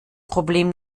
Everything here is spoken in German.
problem